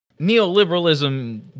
neoliberalism